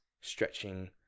stretching